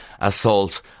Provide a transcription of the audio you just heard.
assault